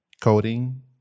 coding